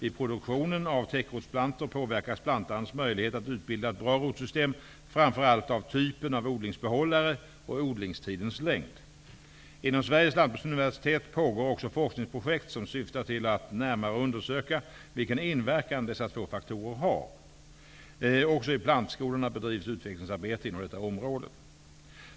Vid produktionen av täckrotsplantor påverkas plantans möjlighet att utbilda ett bra rotsystem framför allt av typen av odlingsbehållare och av odlingstidens längd. Inom Sveriges lantbruksuniversitet pågår också forskningsprojekt, som syftar till att närmare undersöka vilken inverkan dessa två faktorer har. Också i plantskolorna bedrivs utvecklingsarbete inom detta område.